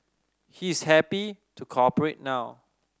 he is happy to cooperate now